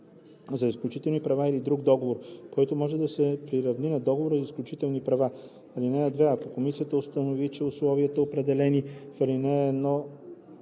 за изключителни права или друг договор, който може да се приравни на договор за изключителни права. (2) Ако комисията установи, че условията, определени в ал.